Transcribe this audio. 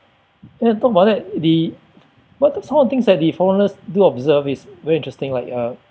then talk about that the but the some of the things that the foreigners do observe is very interesting like uh